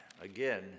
again